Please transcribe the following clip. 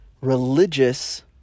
religious